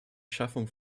schaffung